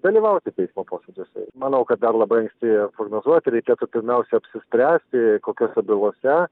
dalyvauti teismo posėdžiuose manau kad dar labai anksti prognozuoti reikėtų pirmiausia apsispręsti kokiose bylose